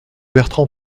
bertrand